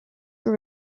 were